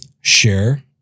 Share